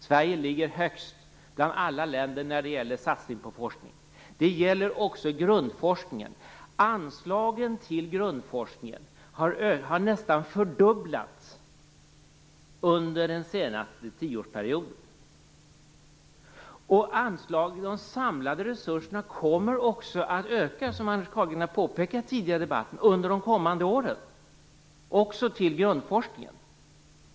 Sverige ligger högst bland alla länder när det gäller satsning på forskning, också på grundforskning. Anslagen till grundforskningen har nästan fördubblats under den senaste tioårsperioden. Anslagen och de samlade resurserna kommer också att öka under de kommande åren, som Andreas Carlgren har påpekat tidigare under debatten. Det gäller även grundforskningen.